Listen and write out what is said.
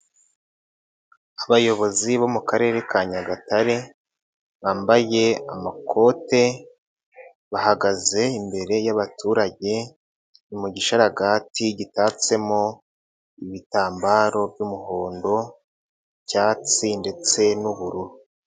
Abayobozi bo mu Karere ka Nyagatare bambaye amakote bahagaze imbere y'abaturage mu gisharagati gitatsemo ibitambaro by'umuhondo, icyatsi ndetse n'ubururu.